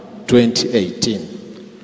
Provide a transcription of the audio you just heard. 2018